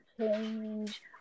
change